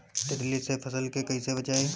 तितली से फसल के कइसे बचाई?